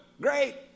Great